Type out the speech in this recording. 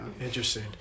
Interesting